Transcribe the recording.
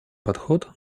подход